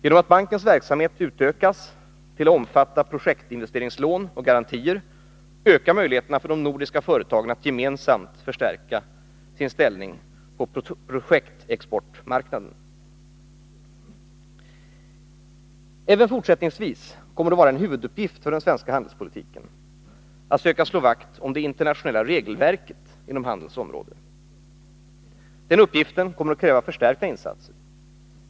Genom att bankens verksamhet utökas att omfatta projektinvesteringslån och garantier ökar möjligheterna för de nordiska företagen att gemensamt förstärka sin ställning på projektexportmarknaden. Även fortsättningsvis kommer det att vara en huvuduppgift för den svenska handelspolitiken att söka slå vakt om det internationella regelverket inom handelns område. Denna uppgift kommer att kräva förstärkta insatser.